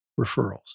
referrals